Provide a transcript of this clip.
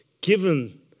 given